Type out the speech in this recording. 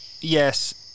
yes